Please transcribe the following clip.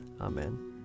Amen